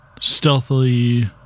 stealthily